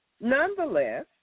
Nonetheless